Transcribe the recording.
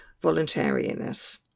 voluntariness